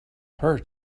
her